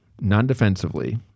non-defensively